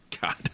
God